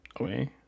Okay